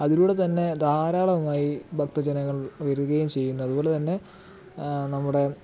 അതിലൂടെ തന്നെ ധാരാളമായി ഭക്ത ജനങ്ങൾ വരികയും ചെയ്യുന്നു അതുപോലെ തന്നെ നമ്മുടെ